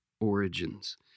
origins